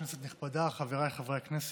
כנסת נכבדה, חבריי חברי הכנסת,